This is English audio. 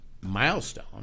milestone